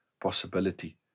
possibility